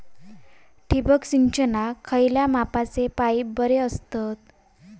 ठिबक सिंचनाक खयल्या मापाचे पाईप बरे असतत?